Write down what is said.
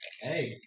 Hey